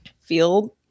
feel